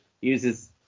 uses